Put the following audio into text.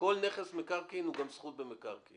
כל נכס מקרקעין הוא גם זכות במקרקעין.